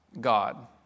God